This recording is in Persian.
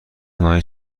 نهایی